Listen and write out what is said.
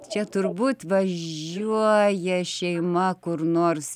čia turbūt važiuoja šeima kur nors